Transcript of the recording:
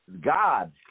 God